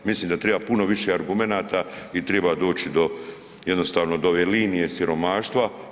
Mislim da triba puno više argumenata i triba doći do, jednostavno do ove linije siromaštva.